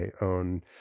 own